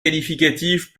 qualificatif